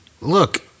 Look